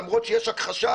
למרות שיש הכחשה.